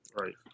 Right